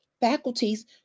faculties